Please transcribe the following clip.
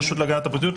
הרשות להגנת הפרטיות,